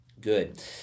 good